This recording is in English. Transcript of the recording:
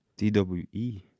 DWE